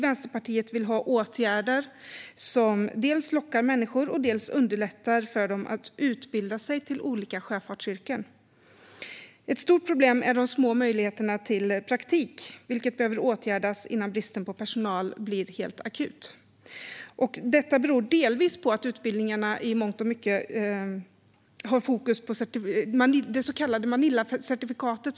Vänsterpartiet vill ha åtgärder som dels lockar människor, dels underlättar för dem att utbilda sig till olika sjöfartsyrken. Ett stort problem är de små möjligheterna till praktik. Det behöver åtgärdas innan bristen på personal blir akut. Detta beror delvis på utbildningarnas fokus på det så kallade Manilacertifikatet.